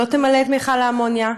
לא תמלא את מכל האמוניה,